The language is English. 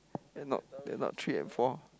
and not and not three and four